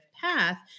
path